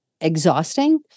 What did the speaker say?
exhausting